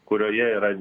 kurioje yra